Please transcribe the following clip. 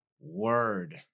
word